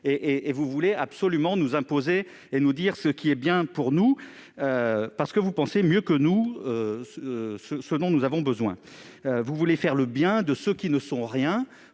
Vous voulez absolument nous imposer ce qui serait bien pour nous, parce que vous pensez savoir mieux que nous ce dont nous avons besoin ; vous voulez faire le bien de ceux qui ne sont pas